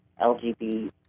LGBT